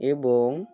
এবং